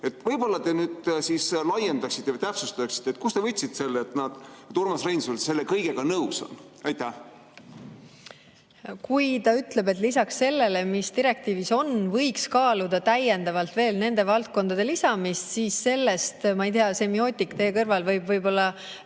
Võib-olla te laiendaksite või täpsustaksite, kust te võtsite selle, et Urmas Reinsalu selle kõigega nõus on? Kui ta ütleb, et lisaks sellele, mis direktiivis on, võiks kaaluda täiendavalt veel nende valdkondade lisamist, siis – ma ei tea, semiootik teie kõrval võib teile